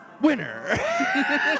Winner